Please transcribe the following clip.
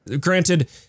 Granted